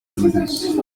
remedies